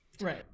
Right